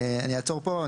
אני אעצור פה.